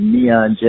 Neon